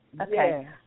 Okay